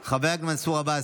חברת הכנסת אימאן ח'טיב יאסין,